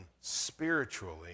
spiritually